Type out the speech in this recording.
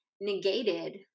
negated